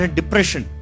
depression